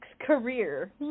career